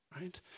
Right